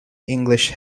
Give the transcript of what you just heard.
english